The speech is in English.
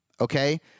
okay